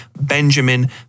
Benjamin